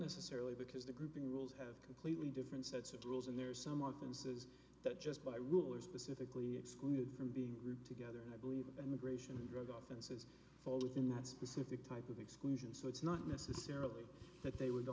necessarily because the grouping rules have completely different sets of rules and there are some offices that just by rulers specifically excluded from being grouped together and i believe immigration drugs fall within that specific of exclusion so it's not necessarily that they would